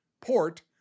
port